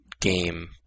game